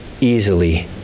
easily